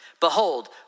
Behold